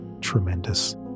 tremendous